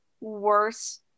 worse